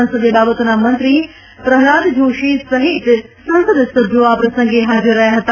સંસદિય બાબતોના મંત્રી પ્રહદાલ જોશી સહિત સંસદ સભ્યો આ પ્રસંગે હાજર રહ્યા હતા